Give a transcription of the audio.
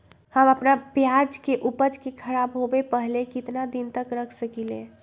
हम अपना प्याज के ऊपज के खराब होबे पहले कितना दिन तक रख सकीं ले?